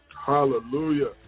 Hallelujah